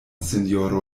sinjoro